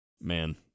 Man